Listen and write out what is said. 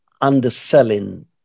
underselling